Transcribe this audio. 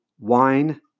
wine